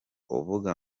uvuga